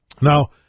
Now